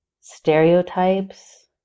stereotypes